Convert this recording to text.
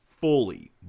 fully